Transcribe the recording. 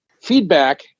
feedback